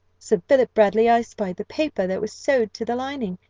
sir philip baddely espied the paper that was sewed to the lining,